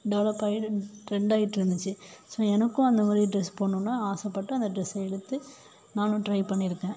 டெவெலப்பாகி ட்ரெண்ட்டாயிட்டுருந்துச்சி ஸோ எனக்கும் அந்த மாதிரி ட்ரெஸ் போடணுனு ஆசைப்பட்டு அந்த ட்ரெஸ்ஸை எடுத்து நானும் ட்ரை பண்ணியிருக்கேன்